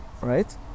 right